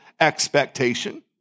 expectation